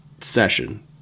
session